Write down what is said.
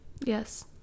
Yes